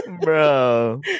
Bro